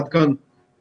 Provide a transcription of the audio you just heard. עד כאן הדברים.